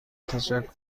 تشکر